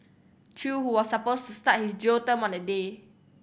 Chew who was supposed to start his jail term on the day